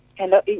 Hello